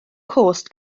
cost